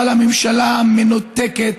אבל הממשלה מנותקת,